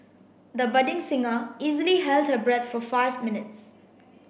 the budding singer easily held her breath for five minutes